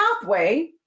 pathway